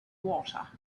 water